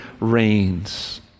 reigns